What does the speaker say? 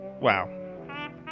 Wow